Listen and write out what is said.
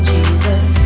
Jesus